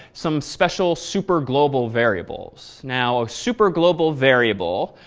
some special superglobal variables. now, ah superglobal variable,